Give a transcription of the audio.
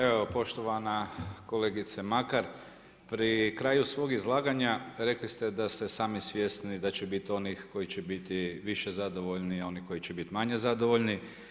Evo poštovana kolegice Makar, pri kraju svog izlaganja rekli ste da ste sami svjesni da će biti onih koji će biti više zadovoljni i onih koji će biti manje zadovoljni.